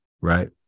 right